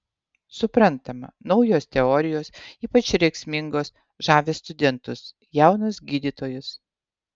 suprantama naujos teorijos ypač rėksmingos žavi studentus jaunus gydytojus